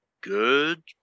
good